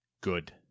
Good